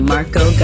Marco